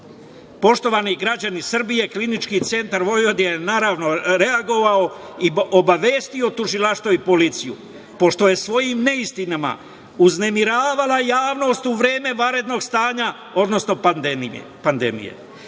citat. Poštovani građani Srbije, Klinički centar Vojvodine je, naravno, reagovao i obavestio tužilaštvo i policiju, pošto je svojim neistinama uznemiravala javnost u vreme vanrednog stanja, odnosno pandemije. Obratite